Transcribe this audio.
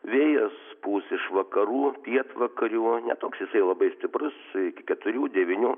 vėjas pūs iš vakarų pietvakarių o ne toks jisai labai stiprus iki keturių devynių